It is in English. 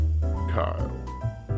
Kyle